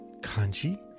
Kanji